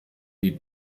die